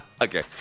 Okay